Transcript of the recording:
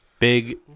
Big